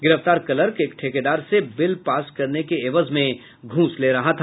गिरफ्तार क्लर्क एक ठेकेदार से बिल पास करने के ऐवज में घूस ले रहा था